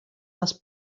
les